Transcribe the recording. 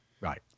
right